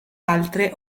altre